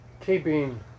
keeping